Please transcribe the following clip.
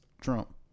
Trump